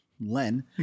Len